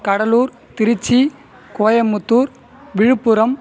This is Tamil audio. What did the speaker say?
கடலூர் திருச்சி கோயம்புத்தூர் விழுப்புரம்